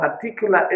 particular